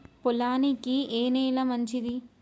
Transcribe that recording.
పొలానికి ఏ నేల మంచిది?